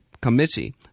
Committee